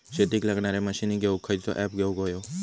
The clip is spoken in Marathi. शेतीक लागणारे मशीनी घेवक खयचो ऍप घेवक होयो?